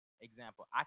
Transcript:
example